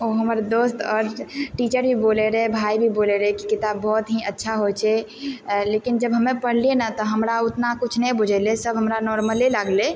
ओ हमर दोस्त आओर टीचर भी बोलय रहय भाय भी बोलय रहय कि किताब बहुत ही अच्छा होइ छै लेकिन जब हमे पढ़लियै ने तऽ हमरा उतना किछु नहि बुझेलइ सब हमरा नॉर्मले लागलइ